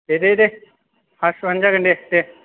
दे दे फास्स' आनो जागोन दे दे